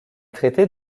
traités